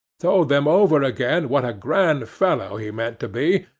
told them over again what a grand fellow he meant to be,